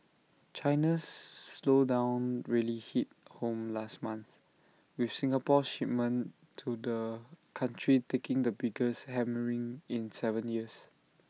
China's slowdown really hit home last month with Singapore's shipments to the country taking the biggest hammering in Seven years